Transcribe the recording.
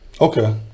okay